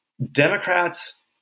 Democrats